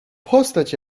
postać